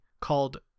called